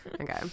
Okay